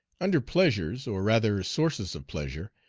under pleasures, or rather sources of pleasure,